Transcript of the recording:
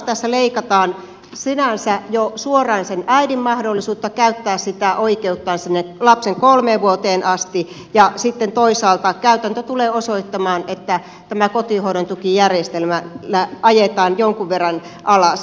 tässä leikataan sinänsä jo suoraan sen äidin mahdollisuutta käyttää sitä oikeuttaan sinne lapsen kolmeen vuoteen asti ja sitten toisaalta käytäntö tulee osoittamaan että tämä kotihoidontukijärjestelmä ajetaan jonkun verran alas